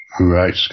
Right